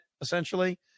essentially